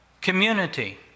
Community